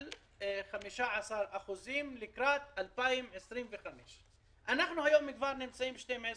15% לקראת 2025. אנחנו היום נמצאים ב-12%.